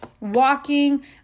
walking